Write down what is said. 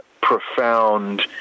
profound